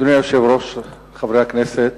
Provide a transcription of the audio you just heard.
אדוני היושב-ראש, חברי הכנסת,